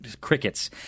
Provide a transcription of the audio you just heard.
crickets